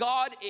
God